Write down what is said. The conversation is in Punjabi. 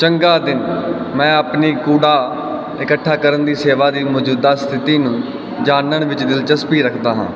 ਚੰਗਾ ਦਿਨ ਮੈਂ ਆਪਣੀ ਕੂੜਾ ਇਕੱਠਾ ਕਰਨ ਦੀ ਸੇਵਾ ਦੀ ਮੌਜੂਦਾ ਸਥਿਤੀ ਨੂੰ ਜਾਣਨ ਵਿੱਚ ਦਿਲਚਸਪੀ ਰੱਖਦਾ ਹਾਂ